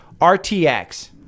RTX